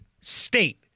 state